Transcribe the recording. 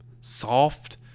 soft